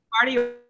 party